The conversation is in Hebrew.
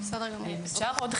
אני רוצה רק להבהיר, יש גם עניינים